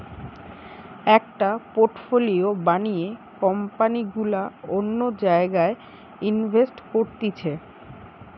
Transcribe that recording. একটা পোর্টফোলিও বানিয়ে কোম্পানি গুলা অন্য জায়গায় ইনভেস্ট করতিছে